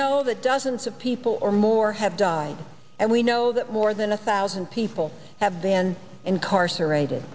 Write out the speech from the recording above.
know that dozens of people or more have died and we know that more than a thousand people have been incarcerated